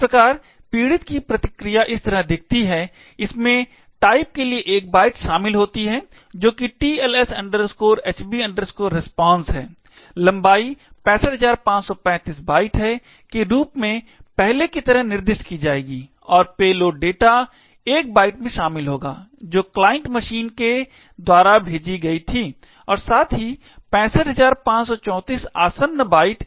इस प्रकार पीड़ित की प्रतिक्रिया इस तरह दिखती है इसमें टाइप के लिए 1 बाइट शामिल होती है जो कि TLS HB RESPONSE है लंबाई 65535 बाइट के रूप में पहले कि तरह निर्दिष्ट की जाएगी और पेलोड डेटा 1 बाइट में शामिल होगा जो क्लाइंट मशीन के द्वारा भेजी गई थी और साथ ही 65534 आसन्न बाइट